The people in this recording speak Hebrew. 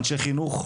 אנשי חינוך,